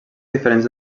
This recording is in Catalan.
diferents